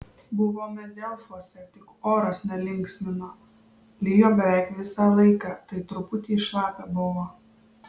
buvome delfuose tik oras nelinksmino lijo beveik visą laiką tai truputį šlapia buvo